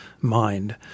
Mind